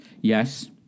yes